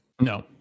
no